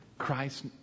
Christ